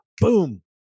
boom